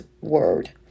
word